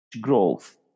growth